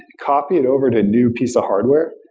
copy it over to a new piece of hardware.